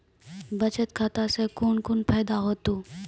बचत खाता सऽ कून कून फायदा हेतु?